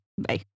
Bye